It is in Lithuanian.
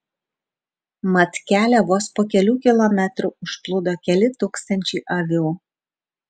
mat kelią vos po kelių kilometrų užplūdo keli tūkstančiai avių